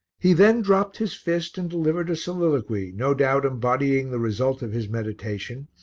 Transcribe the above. he then dropped his fist and delivered a soliloquy, no doubt embodying the result of his meditation,